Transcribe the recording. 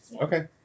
Okay